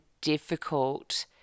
difficult